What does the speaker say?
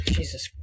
Jesus